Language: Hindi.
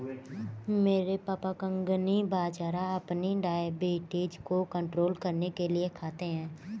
मेरे पापा कंगनी बाजरा अपनी डायबिटीज को कंट्रोल करने के लिए खाते हैं